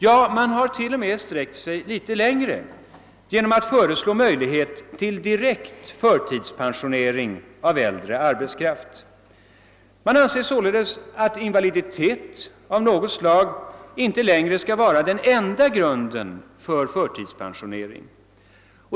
Ja, man har t.o.m. sträckt sig litet längre genom att föreslå möjlighet till direkt förtidspensionering av äldre arbetskraft. Man anser således att invaliditet av något slag inte längre skall vara den enda grunden för förtidspensionering.